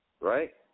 right